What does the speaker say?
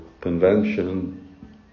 convention